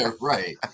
right